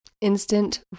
instant